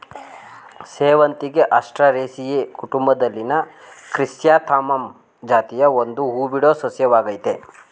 ಸೇವಂತಿಗೆ ಆಸ್ಟರೇಸಿಯಿ ಕುಟುಂಬದಲ್ಲಿನ ಕ್ರಿಸ್ಯಾಂಥಮಮ್ ಜಾತಿಯ ಒಂದು ಹೂಬಿಡೋ ಸಸ್ಯವಾಗಯ್ತೆ